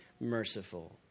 merciful